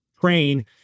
train